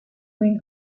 win